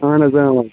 اَہَن حظ آ